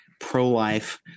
pro-life